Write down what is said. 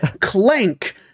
Clank